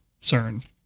CERN